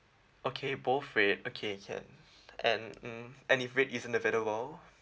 okay both red okay can and mm and if red isn't available